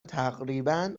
تقریبا